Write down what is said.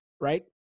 right